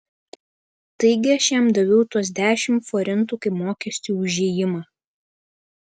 taigi aš jam daviau tuos dešimt forintų kaip mokestį už įėjimą